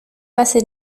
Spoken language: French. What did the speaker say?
passée